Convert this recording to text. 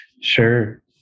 Sure